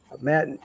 Matt